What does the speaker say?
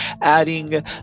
adding